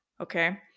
Okay